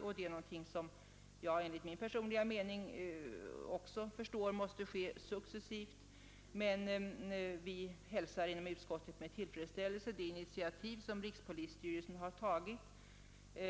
En sådan organisation bör enligt min personliga mening genomföras successivt, men vi hälsar inom utskottet med tillfredsställelse det initiativ som rikspolisstyrelsen tagit då